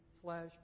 flesh